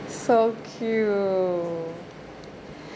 so cute